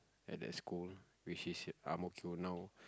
at that school which is in ang-mo-kio now